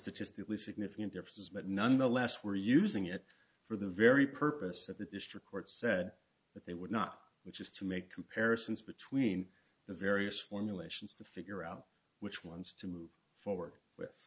statistically significant differences but nonetheless were using it for the very purpose of the district court said that they would not which is to make comparisons between the various formulations to figure out which ones to move forward with